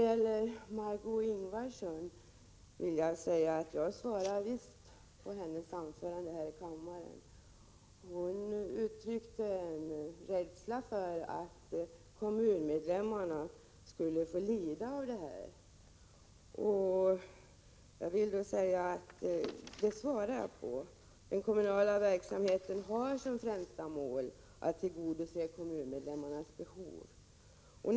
Jag svarade visst på Margöé Ingvardssons frågor. Hon uttryckte en rädsla för att kommunmedlemmarna skulle få lida, men jag vill framhålla att den kommunala verksamheten har som främsta mål att tillgodose kommunmedlemmarnas behov.